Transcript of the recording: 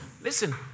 Listen